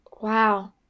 wow